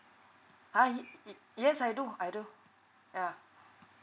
uh yes I do I do yeah